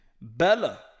Bella